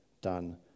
done